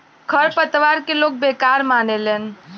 खर पतवार के लोग बेकार मानेले